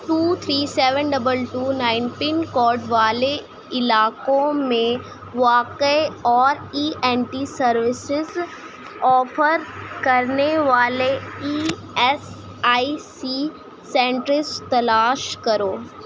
to three seven double two nine pin code والے علاقوں میں واقع اور E N T services offer کرنے والے E S I C centres تلاش کرو